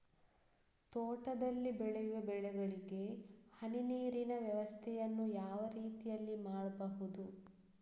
ತೋಟದಲ್ಲಿ ಬೆಳೆಯುವ ಬೆಳೆಗಳಿಗೆ ಹನಿ ನೀರಿನ ವ್ಯವಸ್ಥೆಯನ್ನು ಯಾವ ರೀತಿಯಲ್ಲಿ ಮಾಡ್ಬಹುದು?